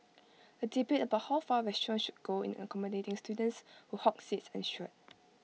A debate about how far restaurants should go in accommodating students who hog seats ensued